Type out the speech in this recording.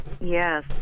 Yes